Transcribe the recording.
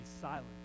silent